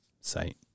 site